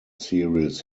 series